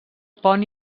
pont